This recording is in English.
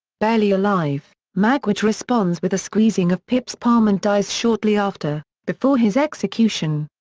barely alive, magwitch responds with a squeezing of pip's palm and dies shortly after, before his execution.